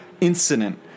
incident